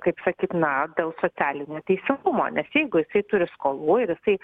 kaip sakyt na gal socialinio teisingumo nes jeigu jisai turi skolų ir jisai